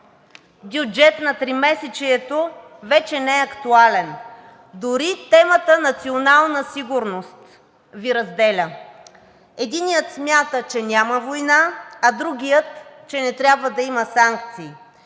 бюджет на тримесечието вече не е актуален. Дори темата „национална сигурност“ Ви разделя. Единият смята, че няма война, а другият – че не трябва да има санкции.